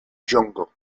jungle